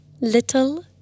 Little